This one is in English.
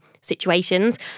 situations